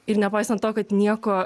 ir nepaisant to kad nieko